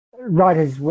writers